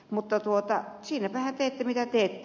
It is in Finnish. mutta siinäpähän teette mitä teette